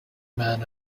man